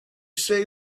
say